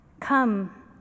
Come